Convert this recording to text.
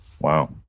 Wow